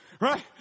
right